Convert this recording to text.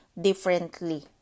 differently